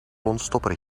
ontstopper